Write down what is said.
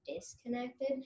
disconnected